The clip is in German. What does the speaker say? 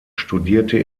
studierte